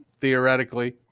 theoretically